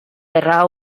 era